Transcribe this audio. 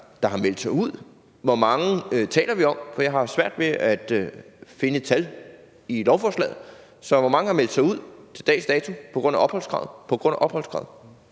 dagpengesystemet igen, hvor mange vi taler om, for jeg har svært ved at finde et tal i lovforslaget. Hvor mange har meldt sig ud til dags dato på grund af opholdskravet?